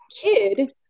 kid